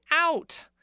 out